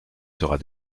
sera